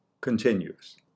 continues